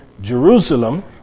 Jerusalem